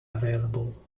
available